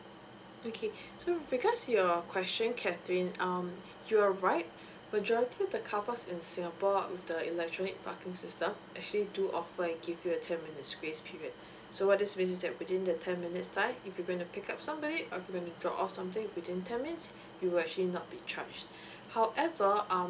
okay so with regard your question catherine um you are right majority of the car parks in singapore with the electronic parking system actually do offer and give you a ten minutes grace period so what is within that within that ten minute time if you plan to pickup somebody or you want to off something within ten minute you would actually not be charged however um